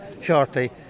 shortly